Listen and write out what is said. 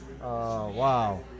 Wow